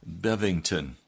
Bevington